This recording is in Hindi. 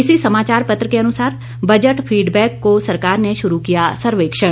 इसी समाचार पत्र के अनुसार बजट फीडबैक को सरकार ने शुरू किया सर्वेक्षण